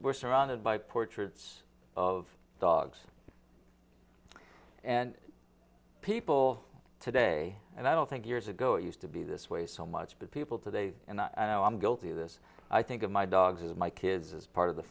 we're surrounded by portraits of dogs and people today and i don't think years ago it used to be this way so much but people today and i'm guilty of this i think of my dogs my kids as part of the